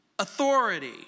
authority